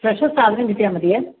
fresh സാധനം കിട്ടിയാൽ മതി